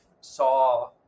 saw